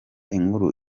inkuru